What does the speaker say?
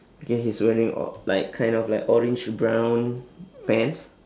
okay he is wearing o~ like kind of like orange brown pants